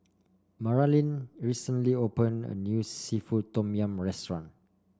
Maralyn recently opened a new seafood Tom Yum restaurant